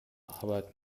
arbeit